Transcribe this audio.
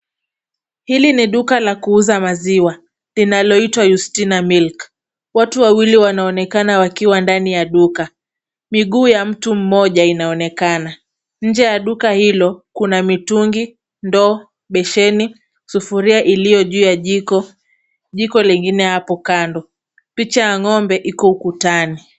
Hili ni duka la kuuza maziwa linaloitwa Yustina Milk. Watu wawili wanaonekana wakiwa ndani ya duka. Miguu ya mtu mmoja inaonekana. Nje ya duka hilo kuna mitungi, ndoo, besheni, sufuria iliyo juu ya jiko, jiko lingine hapo kando. Picha ya ng'ombe iko ukutani.